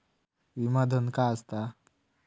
विमा धन काय असता?